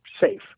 safe